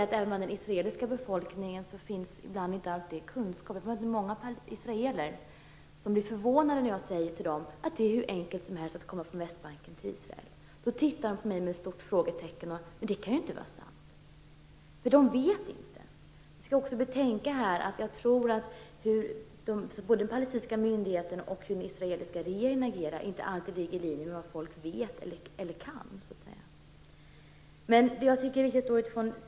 Hos den israeliska befolkningen finns också inte alltid kunskap. Många israeler blir förvånade när jag säger till dem att det är hur enkelt som helst att komma från Västbanken till Israel. De tittar på mig och ser ut som stora frågetecken och undrar om det verkligen kan vara sant. För de vet inte. De palestinska myndigheternas och den israeliska regeringens agerande ligger inte alltid i linje med vad folk vet eller kan.